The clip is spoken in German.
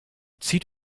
zieht